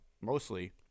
mostly